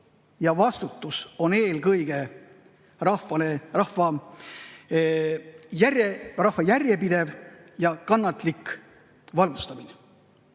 ja vastutus on eelkõige rahva järjepidev ja kannatlik valgustamine.